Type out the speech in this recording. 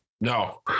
No